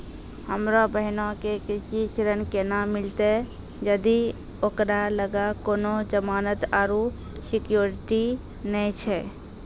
हमरो बहिनो के कृषि ऋण केना मिलतै जदि ओकरा लगां कोनो जमानत आरु सिक्योरिटी नै छै?